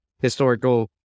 historical